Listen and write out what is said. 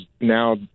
now